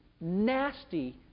nasty